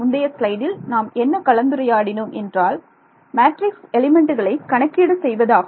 முந்தைய ஸ்லைடில் நாம் என்ன கலந்துரையாடினோம் என்றால் மேட்ரிக்ஸ் எலிமெண்ட்டுகளை கணக்கீடு செய்வதாகும்